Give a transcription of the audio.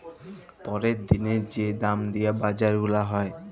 প্যরের দিলের যে দাম দিয়া বাজার গুলা হ্যয়